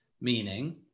Meaning